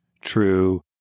true